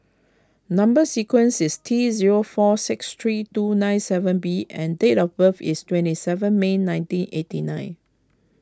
Number Sequence is T zero four six three two nine seven B and date of birth is twenty seven May nineteen eighty nine